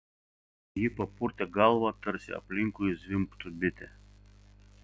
ji papurtė galvą tarsi aplinkui zvimbtų bitė